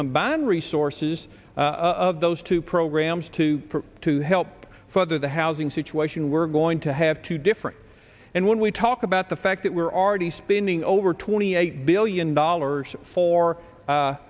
combine resources of those two programs to to help further the housing situation we're going to have to different and when we talk about the fact that we're already spending over twenty eight billion dollars for